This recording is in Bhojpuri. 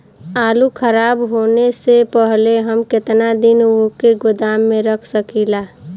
आलूखराब होने से पहले हम केतना दिन वोके गोदाम में रख सकिला?